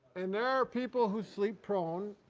and there are people who sleep prone,